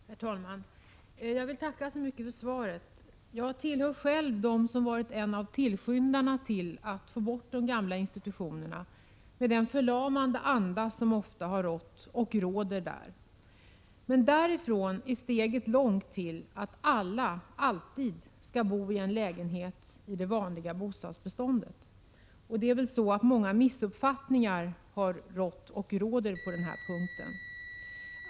Herr talman! Jag vill tacka så mycket för svaret. Jag tillhör själv tillskyndarna när det gäller att få bort de gamla institutionerna med den förlamande anda som ofta har rått och råder där. Men därifrån är steget långt till att alla alltid skall bo i en lägenhet i det vanliga bostadsbeståndet. Det är nog så att många missuppfattningar har rått och råder på den punkten.